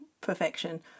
perfection